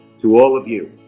to all of you,